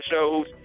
shows